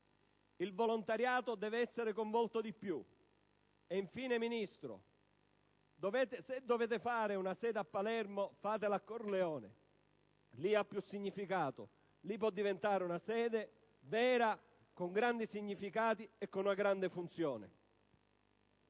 il volontariato deve essere coinvolto di più. Infine, Ministro, se dovete fare una sede a Palermo, fatela a Corleone; lì ha più significato, può diventare la sede vera, con grandi contenuti e con grande funzione.